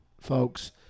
folks